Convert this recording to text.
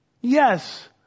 Yes